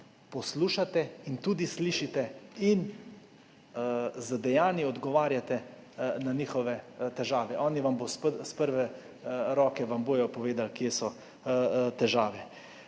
poslušate in tudi slišite in z dejanji odgovarjate na njihove težave. Oni vam bodo iz prve roke povedali, kje so težave.